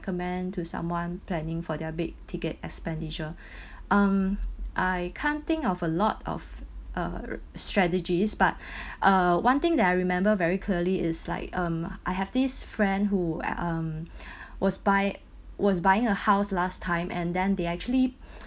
~commend to someone planning for their big ticket expenditure um I can't think of a lot of uh strategies but uh one thing that I remember very clearly is like um I have this friend who um was buy was buying a house last time and then they actually